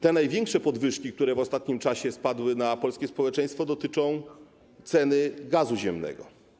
Te największe podwyżki, które w ostatnim czasie spadły na polskie społeczeństwo, dotyczą ceny gazu ziemnego.